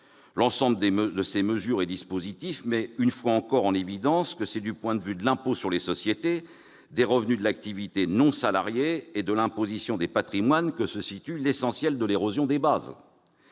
L'ensemble de ces mesures et dispositifs met une fois encore en évidence que c'est du point de vue de l'impôt sur les sociétés, des revenus d'activité non salariée et de l'imposition des patrimoines que se situe l'essentiel de l'érosion des bases.